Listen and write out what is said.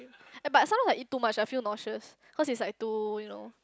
eh but sometimes I eat too much I feel nauseous cause it's like too you know